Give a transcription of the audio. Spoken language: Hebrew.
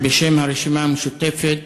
בשם הרשימה המשותפת,